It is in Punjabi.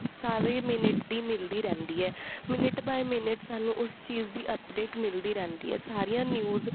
ਸਾਰੇ ਮਿਨਟ ਦੀ ਮਿਲਦੀ ਰਹਿੰਦੀ ਹੈ ਮਿਨਟ ਬਾਏ ਮਿਨਟ ਸਾਨੂੰ ਉਸ ਚੀਜ਼ ਦੀ ਅਪਡੇਟ ਮਿਲਦੀ ਰਹਿੰਦੀ ਹੈ ਸਾਰੀਆਂ ਨਿਊਜ਼